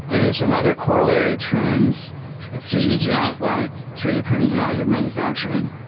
and there are some other corollary trends that feed into that, like three d printing and additive manufacturing.